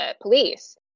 police